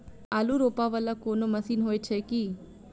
आलु रोपा वला कोनो मशीन हो छैय की?